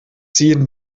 ziehen